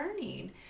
learning